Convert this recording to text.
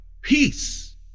peace